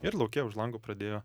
ir lauke už lango pradėjo